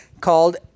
called